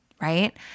right